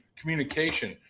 communication